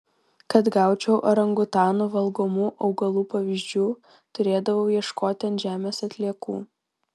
kad gaučiau orangutanų valgomų augalų pavyzdžių turėdavau ieškoti ant žemės atliekų